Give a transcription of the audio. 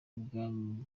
bwami